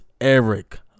Eric